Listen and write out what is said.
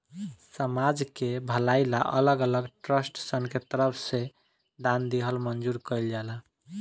समाज के भलाई ला अलग अलग ट्रस्टसन के तरफ से दान लिहल मंजूर कइल जाला